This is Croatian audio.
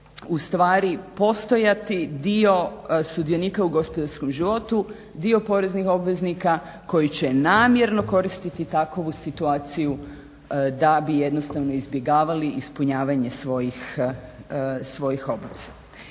ustvari postojati dio sudionika u gospodarskom životu, dio poreznih obveznika koji će namjerno koristiti takvu situaciju da bi jednostavno izbjegavali ispunjavanje svojih obaveza.